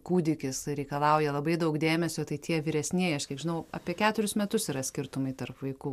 kūdikis reikalauja labai daug dėmesio tai tie vyresnieji aš kiek žinau apie keturis metus yra skirtumai tarp vaikų